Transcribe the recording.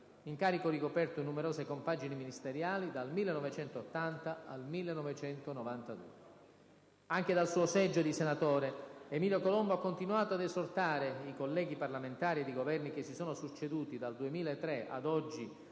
incarico ricoperto in numerose compagini ministeriali dal 1980 al 1992. Anche dal suo seggio di senatore Emilio Colombo ha continuato ad esortare i colleghi parlamentari ed i Governi che si sono succeduti dal 2003 ad oggi